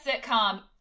sitcom